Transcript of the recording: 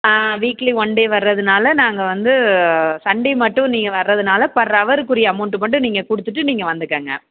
weekly one day வரதுனால நாங்கள் வந்து சண்டே மட்டும் நீங்கள் வரதுனால பர் ஹவருக்குரிய அமௌண்ட்டு மட்டும் நீங்கள் கொடுத்துட்டு நீங்கள் வந்துக்கங்க